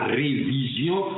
révision